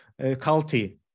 culty